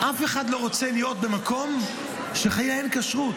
אף אחד לא רוצה להיות במקום שלחיה אין כשרות,